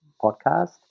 podcast